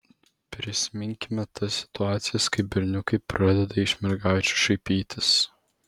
prisiminkime tas situacijas kai berniukai pradeda iš mergaičių šaipytis